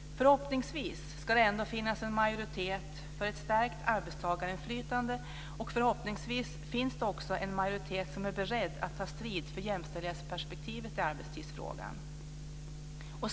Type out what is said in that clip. Förhoppningsvis ska det ändå finnas en majoritet för ett stärkt arbetstagarinflytande och förhoppningsvis finns det också en majoritet som är beredd att ta strid för jämställdhetsperspektivet i arbetstidsfrågan.